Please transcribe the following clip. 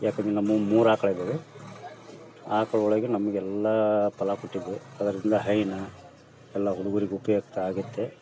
ಏಕಂದ್ರೆ ನಮ್ಮವು ಮೂರು ಆಕ್ಳು ಇದ್ದಾವೆ ಆಕಳೊಳಗೆ ನಮಗೆಲ್ಲ ಫಲ ಕೊಟ್ಟಿದೆ ಅದರಿಂದ ಹೈನು ಎಲ್ಲ ಹುಡುಗ್ರಿಗೆ ಉಪಯುಕ್ತ ಆಗೈತೆ